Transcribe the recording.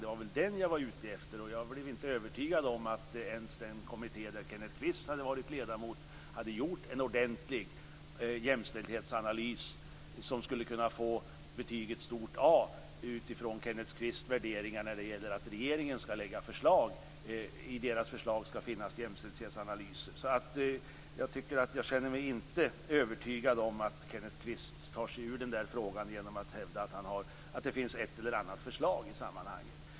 Det var den jag var ute efter, och jag blev inte övertygad om att ens den kommitté som Kenneth Kvist har varit ledamot i hade gjort en ordentlig jämställdhetsanalys som skulle kunna få betyget stort A utifrån Kenneth Kvists värderingar när det gäller att det i regeringens förslag skall finnas jämställdhetsanalyser. Så jag tycker inte att jag känner mig övertygad om att Kenneth Kvist tar sig ur den där frågan genom att hävda att det finns ett eller annat förslag i sammanhanget.